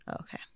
Okay